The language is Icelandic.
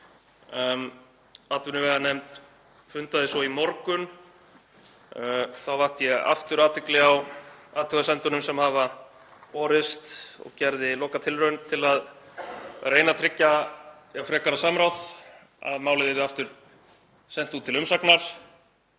Atvinnuveganefnd fundaði svo í morgun. Þá vakti ég aftur athygli á athugasemdum sem hafa borist og gerði lokatilraun til að reyna að tryggja frekara samráð, að málið yrði aftur sent út til umsagnar.